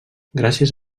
gràcies